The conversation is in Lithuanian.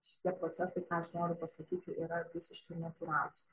šitie procesai ką aš noriu pasakyti yra visiškai natūralūs